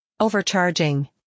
Overcharging